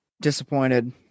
Disappointed